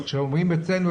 ואיך שאומרים אצלנו,